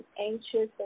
anxious